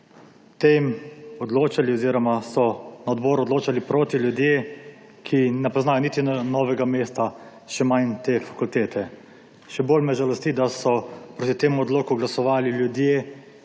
mi je žal, da so o tem na odboru glasovali proti ljudje, ki ne poznajo niti Novega mesta, še manj te fakultete. Še bolj me žalosti, da so proti temu odloku glasovali ljudje,